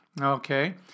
Okay